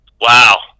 Wow